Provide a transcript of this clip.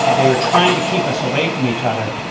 they are trying to keep us away from each other.